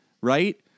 right